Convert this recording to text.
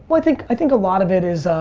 but i think i think a lot of it is